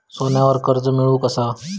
सोन्यावर कर्ज मिळवू कसा?